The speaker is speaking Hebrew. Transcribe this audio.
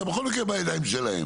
אתה בכל מקרה בידיים שלהם.